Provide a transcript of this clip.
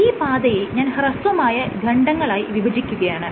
ഈ പാതയെ ഞാൻ ഹ്രസ്വമായ ഖണ്ഡങ്ങളായി വിഭജിക്കുകയാണ്